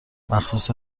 بخصوص